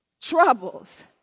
Troubles